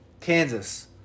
Kansas